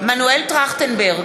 מנואל טרכטנברג,